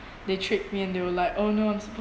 they tricked me and they were like oh no I'm supposed